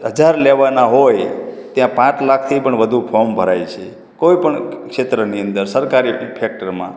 હજાર લેવાના હોય ત્યાં પાંચ લાખથી પણ વધુ ફોર્મ ભરાય છે કોઈપણ ક્ષેત્રની અંદર સરકારી ફૅકટરમાં